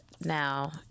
now